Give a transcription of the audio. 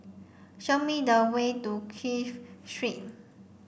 show me the way to Clive Street